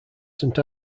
saint